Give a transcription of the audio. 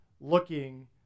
looking